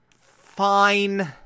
fine